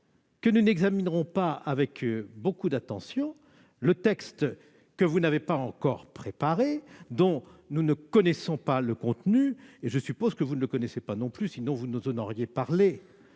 que nous n'examinerons pas avec beaucoup d'attention le texte en question, que vous n'avez pas encore préparé et dont nous ne connaissons pas le contenu ; je suppose du reste que vous ne le connaissez pas non plus, sans quoi vous nous en auriez parlé